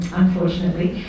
unfortunately